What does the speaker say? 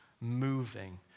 moving